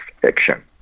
fiction